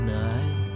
night